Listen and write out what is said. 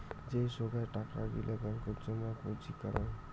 যে সোগায় টাকা গিলা ব্যাঙ্কত জমা পুঁজি করাং